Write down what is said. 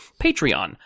Patreon